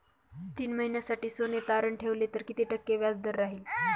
तीन महिन्यासाठी सोने तारण ठेवले तर किती टक्के व्याजदर राहिल?